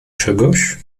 czegoś